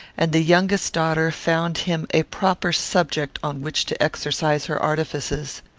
and the youngest daughter found him a proper subject on which to exercise her artifices.